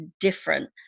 different